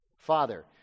Father